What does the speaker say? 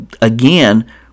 again